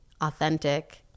authentic